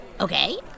Okay